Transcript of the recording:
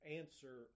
answer